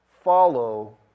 follow